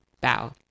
bow